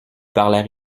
parlèrent